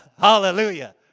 hallelujah